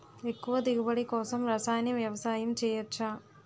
ఎక్కువ దిగుబడి కోసం రసాయన వ్యవసాయం చేయచ్చ?